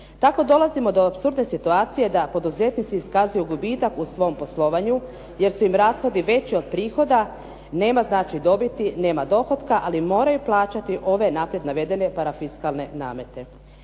Tako dolazimo do apsurdne situacije da poduzetnici iskazuju gubitak u svom poslovanju jer su im rashodi veći od prihoda, nema znači dobiti, nema dohotka ali moraju plaćati ove unaprijed navedene parafiskalne namete.